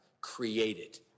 created